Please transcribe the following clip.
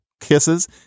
kisses